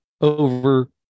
over